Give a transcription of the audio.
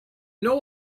know